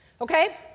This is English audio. okay